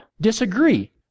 disagree